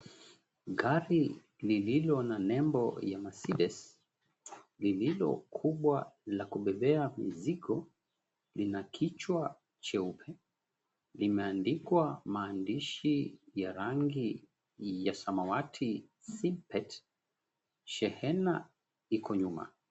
Gari lililo na nembo ya Mercedes, lililo kubwa la kubebea mizigo, lina kichwa cheupe. Limeandikwa maandishi ya rangi ya samawati "Simpet". Shehena iko nyuma.